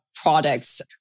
products